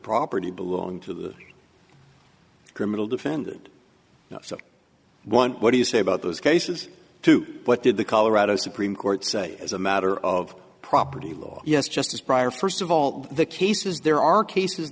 property belong to the criminal defendant so one what do you say about those cases to what did the colorado supreme court say as a matter of property law yes just as prior first of all the cases there are cases